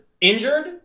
injured